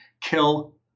kill